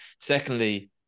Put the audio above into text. secondly